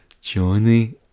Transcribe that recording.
Johnny